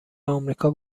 امریکا